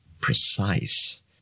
precise